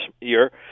year